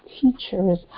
teachers